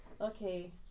Okay